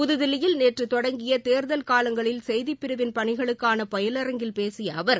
புதுதில்லியில் நேற்று தொடங்கிய தேர்தல் காலங்களில் செய்திப்பிரிவின் பணிகளுக்கான பயிலரங்களில் பேசிய அவர்